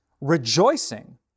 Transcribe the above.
rejoicing